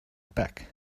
back